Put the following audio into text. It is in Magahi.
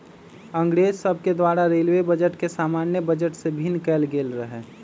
अंग्रेज सभके द्वारा रेलवे बजट के सामान्य बजट से भिन्न कएल गेल रहै